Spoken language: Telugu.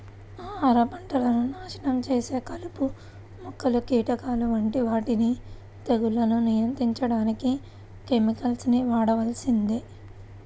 ఆహార పంటలను నాశనం చేసే కలుపు మొక్కలు, కీటకాల వంటి వాటిని తెగుళ్లను నియంత్రించడానికి కెమికల్స్ ని వాడాల్సిందే